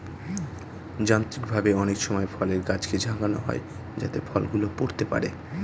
যান্ত্রিকভাবে অনেক সময় ফলের গাছকে ঝাঁকানো হয় যাতে ফল গুলো পড়তে পারে